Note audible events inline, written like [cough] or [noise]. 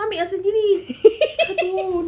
[laughs]